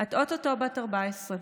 את או-טו-טו בת 14,